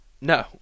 No